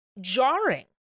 jarring